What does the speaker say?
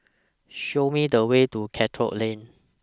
Show Me The Way to Charlton Lane